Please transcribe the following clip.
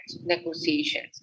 negotiations